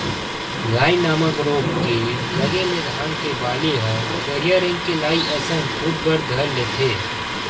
लाई नामक रोग के लगे ले धान के बाली ह करिया रंग के लाई असन फूट बर धर लेथे